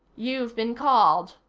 you've been called,